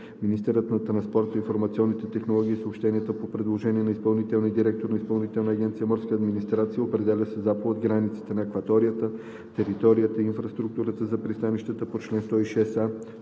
Министърът на транспорта, информационните технологии и съобщенията по предложение на изпълнителния директор на Изпълнителна агенция „Морска администрация“ определя със заповед границите на акваторията, територията и инфраструктурата на пристанищата по чл. 106а